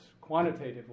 quantitatively